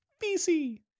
feces